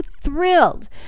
thrilled